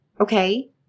Okay